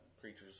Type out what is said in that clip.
Creatures